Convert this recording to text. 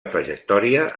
trajectòria